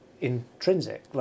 intrinsic